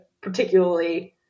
particularly